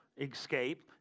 escape